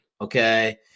okay